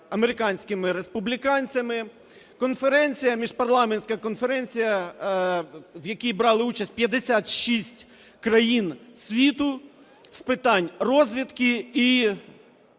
американськими республіканцями. Конференція, міжпарламентська конференція, в якій брали участь 56 країн світу з питань розвідки і